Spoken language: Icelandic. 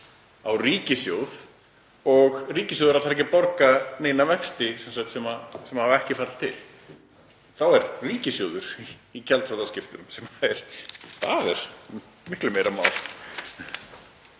á ríkissjóð og ríkissjóður ætlar ekki að borga neina vexti sem hafa ekki fallið til. Þá er ríkissjóður í gjaldþrotaskiptum sem er miklu meira mál.